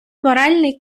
моральний